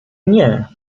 nie